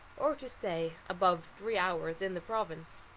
or to stay above three hours in the province.